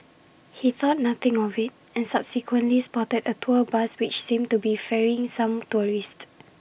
he thought nothing of IT and subsequently spotted A tour bus which seemed to be ferrying some tourists